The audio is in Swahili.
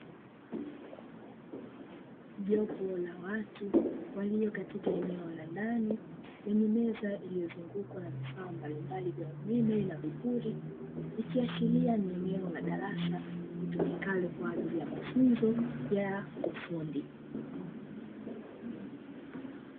Jopo la watu waliokatika eneo la ndani yenye meza iliyozungukwa na vifaa mbalimbali vya umeme na vipuli, ikiashiria ni eneo la darasa litumikalo kwa ajili ya mafunzo ya ufundi.